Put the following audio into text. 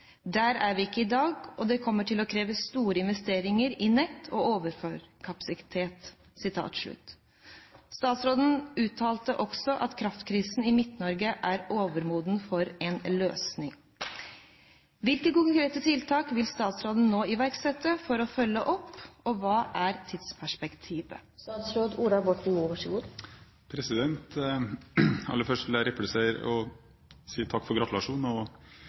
Der er vi ikke i dag, og det kommer til å kreve store investeringer i nett og overføringskapasitet.» Statsråden uttalte også at kraftkrisen i Midt-Norge er overmoden for en løsning. Hvilke konkrete tiltak vil statsråden nå iverksette for å følge opp, og hva er tidsperspektivet?» Aller først vil jeg replisere og si takk for gratulasjonen.